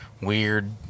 weird